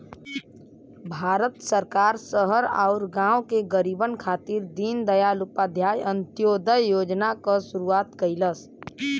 भारत सरकार शहर आउर गाँव के गरीबन खातिर दीनदयाल उपाध्याय अंत्योदय योजना क शुरूआत कइलस